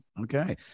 Okay